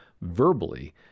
verbally